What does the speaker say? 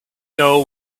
know